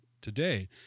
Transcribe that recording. today